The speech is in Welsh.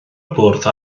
bwrdd